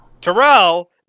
Terrell